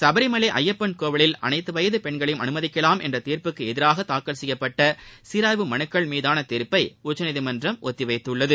சபரிமலை ஐயப்பன் கோயிலில் அனைத்து வயது பெண்களையும் அனுமதிக்கலாம் என்ற தீர்ப்புக்கு எதிராக தாக்கல் செய்யப்பட்ட சீராய்வு மனுக்கள் மீதான தீர்ப்பை உச்சநீதிமன்றம் ஒத்திவைத்துள்ளது